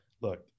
look